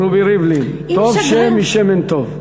אדוני, רובי ריבלין, טוב שם משמן טוב.